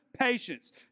patience